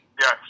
Yes